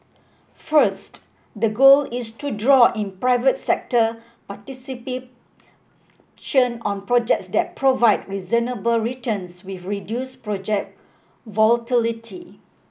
first the goal is to draw in private sector participation on projects that provide reasonable returns with reduced project volatility